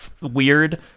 weird